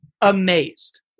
amazed